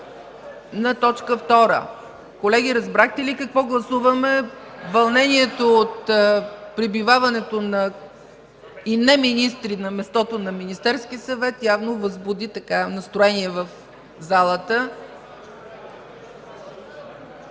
и реплики.) Колеги, разбрахте ли какво гласуваме? Вълнението от пребиваването и на неминистри на мястото на Министерския съвет явно възбуди настроение в залата.